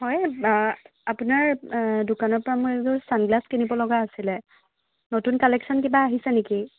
হয় আপোনাৰ দোকানৰপৰা মই এযোৰ ছানগ্লাছ কিনিব লগা আছিলে নতুন কালেকশ্যন কিবা আহিছে নেকি